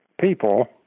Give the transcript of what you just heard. people